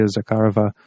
Zakharova